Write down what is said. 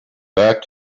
back